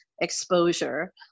exposure